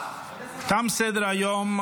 תם סדר-היום,